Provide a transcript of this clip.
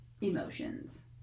emotions